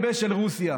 רוסיה,